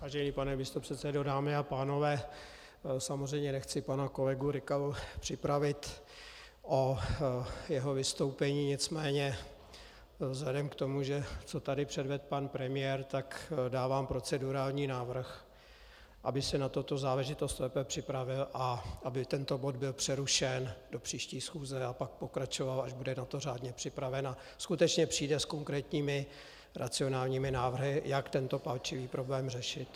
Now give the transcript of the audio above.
Vážený pane místopředsedo, dámy a pánové, samozřejmě nechci pana kolegu Rykalu připravit o jeho vystoupení, nicméně vzhledem k tomu, co tady předvedl pan premiér, dávám procedurální návrh, aby se na tuto záležitost lépe připravil a aby tento bod byl přerušen do příští schůze a pak pokračoval, až bude na to řádně připraven a skutečně přijde s konkrétními racionálními návrhy, jak tento palčivý problém řešit.